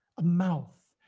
a mouth,